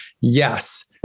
yes